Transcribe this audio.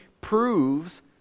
proves